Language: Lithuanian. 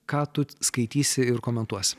ką tu skaitysi ir komentuosi